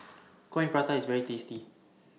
Coin Prata IS very tasty